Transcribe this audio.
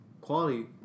Quality